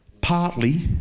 partly